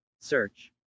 Search